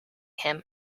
him